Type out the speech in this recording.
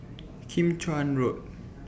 Kim Chuan Road